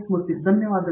ಮೂರ್ತಿ ಧನ್ಯವಾದಗಳು